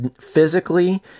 physically